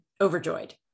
overjoyed